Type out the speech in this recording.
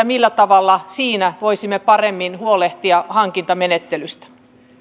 millä tavalla siinä voisimme paremmin huolehtia hankintamenettelystä